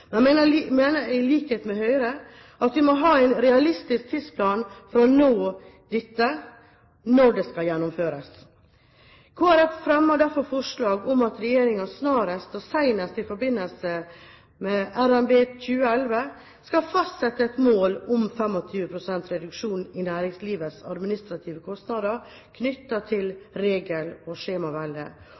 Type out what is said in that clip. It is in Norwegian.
mener i likhet med Høyre at vi må ha en realistisk tidsplan for når dette skal gjennomføres. Kristelig Folkeparti fremmer derfor forslag om at regjeringen snarest, og senest i forbindelse med revidert nasjonalbudsjett for 2011, fastsetter et mål om 25 pst. reduksjon i næringslivets administrative kostnader knyttet til regler og